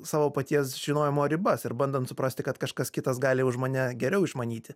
savo paties žinojimo ribas ir bandant suprasti kad kažkas kitas gali už mane geriau išmanyti